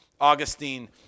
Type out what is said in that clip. Augustine